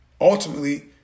ultimately